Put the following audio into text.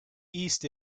east